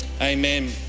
Amen